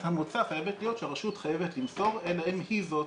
המוצא חייבת להיות שהרשות חייבת למסור אלא אם היא זאת